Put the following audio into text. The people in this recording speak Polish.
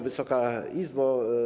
Wysoka Izbo!